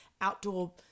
outdoor